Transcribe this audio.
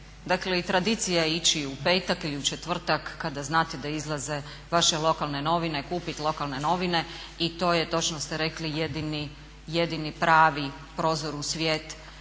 Dakle tradicija je ići u petak ili u četvrtak kada znate da izlaze vaše lokalne novine, kupiti lokalne novine i to je točno ste rekli jedini pravi prozor u svijet